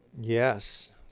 Yes